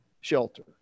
shelter